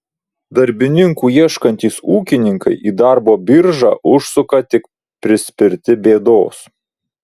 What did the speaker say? darbininkų ieškantys ūkininkai į darbo biržą užsuka tik prispirti bėdos